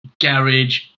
garage